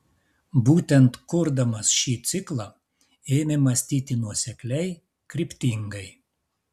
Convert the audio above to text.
būtent kurdamas šį ciklą ėmė mąstyti nuosekliai kryptingai